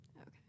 Okay